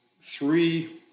three